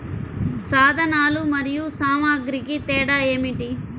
సాధనాలు మరియు సామాగ్రికి తేడా ఏమిటి?